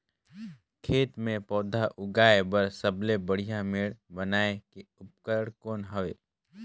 खेत मे पौधा उगाया बर सबले बढ़िया मेड़ बनाय के उपकरण कौन हवे?